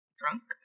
drunk